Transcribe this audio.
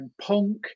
Punk